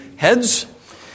heads